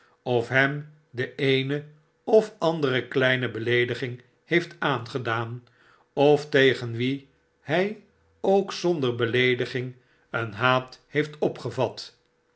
of hem de eene of andere kleine beleediging heeft aangedaan of tegen wien hij ook zonder beleediging een haat heeft opgevat